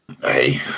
Hey